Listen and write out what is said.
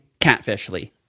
Catfishly